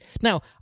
Now